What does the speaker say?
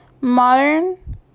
Modern